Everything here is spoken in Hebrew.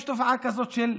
יש תופעה כזאת של,